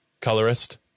colorist